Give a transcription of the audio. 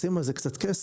לשים על זה קצת כסף,